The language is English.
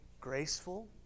Graceful